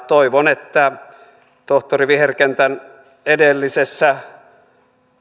toivon että tohtori viherkentän edellisessä